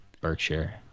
Berkshire